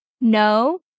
No